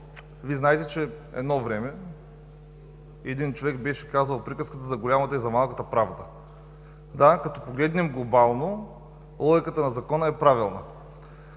Вие знаете, че едно време един човек беше казал приказката за голямата и за малката правда. Да, като погледнем глобално логиката на Закона е правилна.